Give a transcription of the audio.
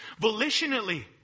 volitionally